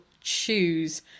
choose